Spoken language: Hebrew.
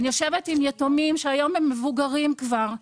אני יושבת עם יתומים שהיום הם מבוגרים כבר,